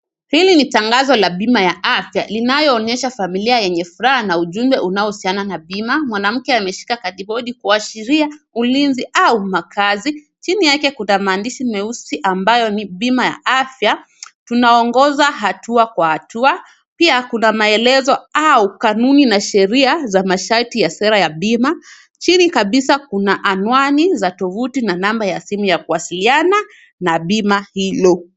Hili ni tangazo la bima ya afya. Linaonyesha familia yenye furaha, na ujumbe unaohusiana na bima. Mwanamke ameshika kadibodi kuashiria ulinzi au makazi. Chini yake, kuna maandishi meusi ambayo ni, “Bima ya Afya – Tunaongoza Hatua kwa Hatua.” Pia, kuna maelezo au kanuni na sheria za masharti ya sera ya bima. Chini kabisa, kuna anuani za tovuti na namba ya simu ya kuwasiliana na bima hilo.